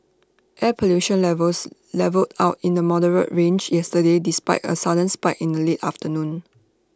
air pollution levels levelled out in the moderate range yesterday despite A sudden spike in the late afternoon